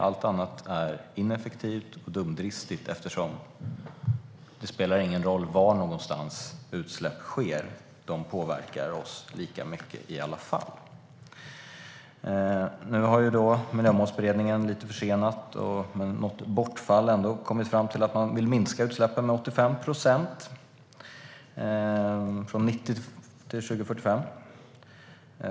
Allt annat är ineffektivt och dumdristigt, eftersom det inte spelar någon roll var någonstans utsläpp sker, utan de påverkar oss lika mycket i alla fall. Nu har Miljömålsberedningen, lite försenat och med något bortfall, kommit fram till att man vill minska utsläppen med 85 procent från 1990 till 2045.